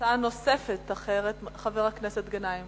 הצעה אחרת לחבר הכנסת גנאים.